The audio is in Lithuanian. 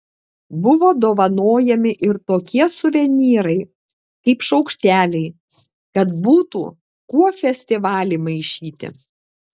buvo dovanojami ir tokie suvenyrai kaip šaukšteliai kad būtų kuo festivalį maišyti